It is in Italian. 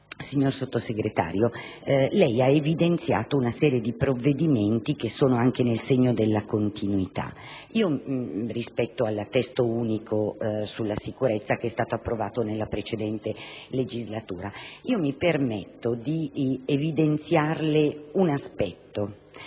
signor Sottosegretario, lei ha evidenziato una serie di provvedimenti che sono anche nel segno della continuità rispetto al Testo unico sulla sicurezza approvato nella precedente legislatura. Mi permetto di evidenziarle un aspetto